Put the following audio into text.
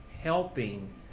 helping